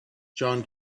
john